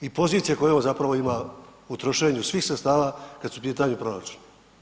I pozicije koje on zapravo ima u trošenju svih sredstava kad su u pitanju proračuni.